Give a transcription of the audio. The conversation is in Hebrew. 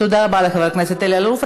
תודה רבה לחבר הכנסת אלי אלאלוף.